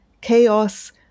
chaos